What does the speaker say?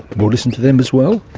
we'll listen to them as well.